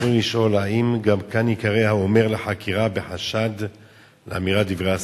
רצוני לשאול: 1. האם גם כאן ייקרא האומר לחקירה בחשד לאמירת דברי הסתה?